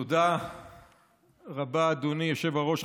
תודה רבה, אדוני יושב-הראש.